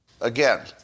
again